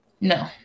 No